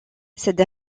cette